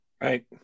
Right